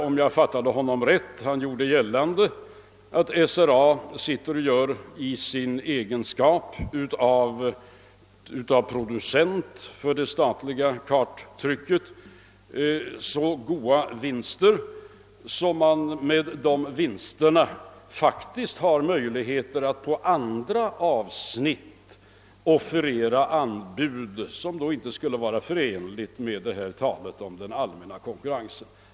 Om jag fattade honom rätt gjorde han gällande att SRA i sin egenskap av producent av det statliga karttrycket gör så goda vinster, att SRA med dessa vinster faktiskt har möjligheter att på andra avsnitt lämna offerter som inte skulle vara förenliga med talet om den allmänna konkurrensen.